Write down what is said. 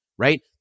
right